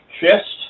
chest